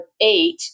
eight